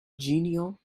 genial